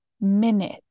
minute